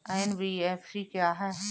NBFC क्या है?